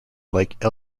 like